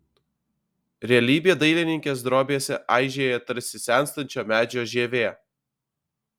realybė dailininkės drobėse aižėja tarsi senstančio medžio žievė